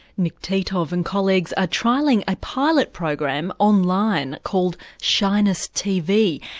nick titov and colleagues are trialling a pilot program online called shyness tv,